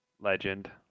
legend